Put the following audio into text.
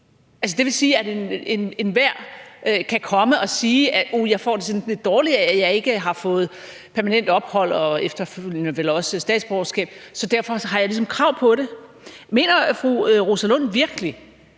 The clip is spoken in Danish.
det vil sige, at enhver kan komme og sige, at uh, jeg får det sådan lidt dårligt af, at jeg ikke har fået permanent ophold og efterfølgende vel også statsborgerskab, så derfor har jeg ligesom krav på det. Mener fru Rosa Lund virkelig,